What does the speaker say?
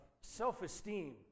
self-esteem